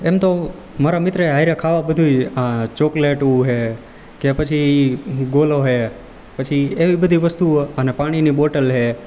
એમ તો મારા મિત્ર સાથે ખાવા બધુંય આ ચોકલેટું છે કે પછી ગોલો છે પછી એવી બધી વસ્તુઓ અને પાણીની બોટલ છે